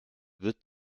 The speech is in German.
wird